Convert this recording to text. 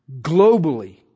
globally